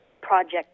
project